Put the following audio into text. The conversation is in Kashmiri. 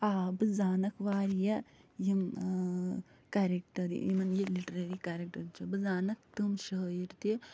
آ بہٕ زانکھ وارِیاہ یِم کرٮ۪کٹر یِمن یہِ لِٹرٔری کرٮ۪کٹر چھُ بہٕ زانکھ تِم شٲعر تہِ